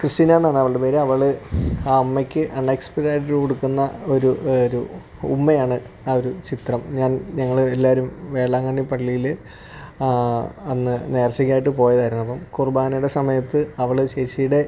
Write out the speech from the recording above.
ക്രിസ്റ്റീനാ എന്നാണവളുടെ പേര് അവള് ആ അമ്മക്ക് അൺ എക്സ്പെക്റ്റഡായിട്ട് കൊടുക്കുന്ന ഒരു ഒരുമ്മയാണ് ആ ഒരു ചിത്രം ഞാൻ ഞങ്ങള് എല്ലാവരും വേളാങ്കണ്ണി പള്ളിയിൽ അന്ന് നേർച്ചക്കായിട്ട് പോയായിരുന്നു അപ്പം കുർബാനയുടെ സമയത്ത് അവള് ചേച്ചിയുടെ